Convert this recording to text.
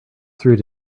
through